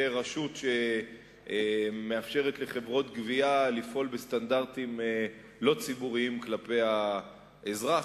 רשות שמאפשרת לחברות גבייה לפעול בסטנדרטים לא ציבוריים כלפי האזרח.